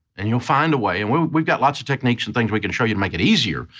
and you'll find a way. and we've we've got lots of techniques and things we can show you to make it easier,